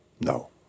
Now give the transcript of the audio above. No